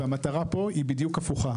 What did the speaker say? והמטרה פה היא בדיוק הפוכה.